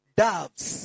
doves